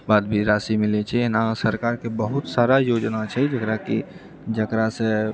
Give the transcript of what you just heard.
बाद भी राशि मिलैत छै अहिना सरकारके बहुत सारा योजना छै जकरा कि जकरासँ